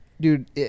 Dude